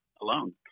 alone